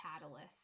catalyst